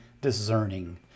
discerning